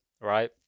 right